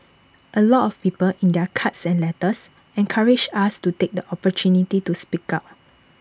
A lot of people in their cards and letters encouraged us to take the opportunity to speak out